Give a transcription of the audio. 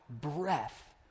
breath